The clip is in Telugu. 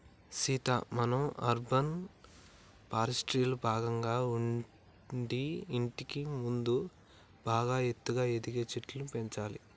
సీత మనం అర్బన్ ఫారెస్ట్రీలో భాగంగా ఉండి ఇంటికి ముందు బాగా ఎత్తుగా ఎదిగే చెట్లను పెంచాలి